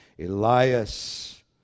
Elias